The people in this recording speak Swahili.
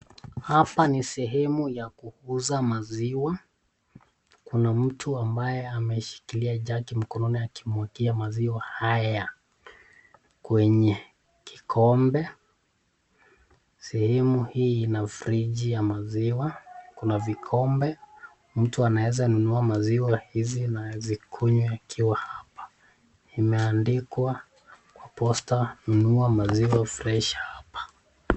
Hapa ni sehemu ya kuuza maziwa, kuna mtu ambaye ameshikilia jagi mkononi akimwaga maziwa haya kwenye kikombe. Sehemu hii ina friji ya maziwa na vikombe mtu anaweza nunua maziwa hizi na azikunywe akiwa hapa, kumeandikwa Posta nunua maziwa Fresh hapa.